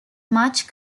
much